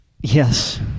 Yes